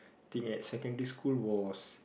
teenage secondary school was